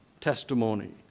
testimony